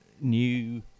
new